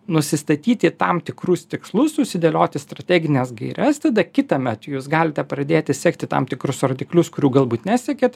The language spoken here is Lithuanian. nusistatyti tam tikrus tikslus susidėlioti strategines gaires tada kitąmet jūs galite pradėti sekti tam tikrus rodiklius kurių galbūt nesekėt